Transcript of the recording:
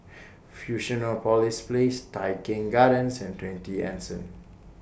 Fusionopolis Place Tai Keng Gardens and twenty Anson